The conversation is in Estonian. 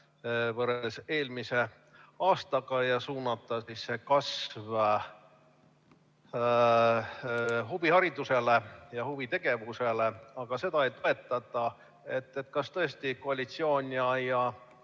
võrreldes eelmise aastaga ja suunata [summa] kasv huviharidusele ja huvitegevusele, aga seda ei toetatud. Kas tõesti koalitsioon ja